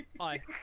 hi